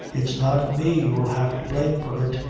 it's not me you'll have to blame for it.